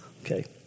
Okay